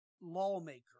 lawmaker